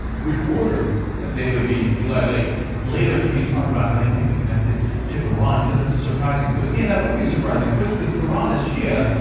reporter daily beast eli lake later in the piece talked about how they might be connected to iran. he said it's a surprising twist. yes, that would be a surprising twist, because iran is shia.